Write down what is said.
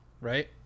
Right